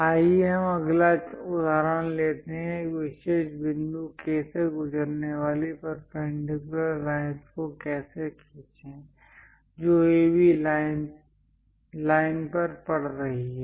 आइए हम अगला उदाहरण लेते हैं एक विशेष बिंदु K से गुजरने वाली परपेंडिकुलर लाइनस् को कैसे खींचें जो AB लाइन पर पड़ रही हैं